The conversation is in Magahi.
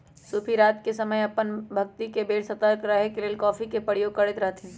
सूफी रात के समय अप्पन भक्ति के बेर सतर्क रहे के लेल कॉफ़ी के प्रयोग करैत रहथिन्ह